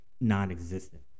non-existent